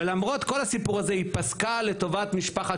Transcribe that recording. ולמרות כל הסיפור הזה היא פסקה לטובת משפחת